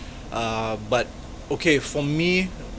uh but okay for me